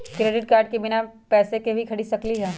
Credit card से बिना पैसे के ही खरीद सकली ह?